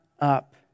up